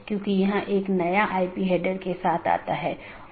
16 bit से 216 संख्या संभव है जो कि एक बहुत बड़ी संख्या है